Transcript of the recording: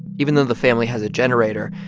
even though the family has a generator,